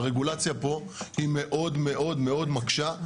הרגולציה פה היא מאוד מאוד מאוד מקשה,